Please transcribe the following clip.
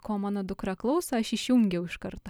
ko mano dukra klauso aš išjungiau iš karto